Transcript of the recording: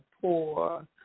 poor